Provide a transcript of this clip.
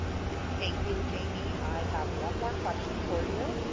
thank you, jayme. i have one more question for you.